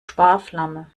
sparflamme